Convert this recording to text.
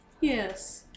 Yes